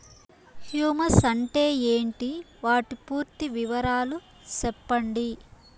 Humus అంటే ఏంటి? వాటి పూర్తి వివరాలు సెప్పండి?